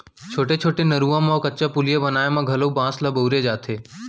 छोटे छोटे नरूवा मन म कच्चा पुलिया बनाए म घलौ बांस ल बउरे जाथे